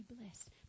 blessed